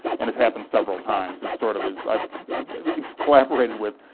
and it's happened several times. it sort of is, i collaborated with,